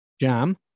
Jam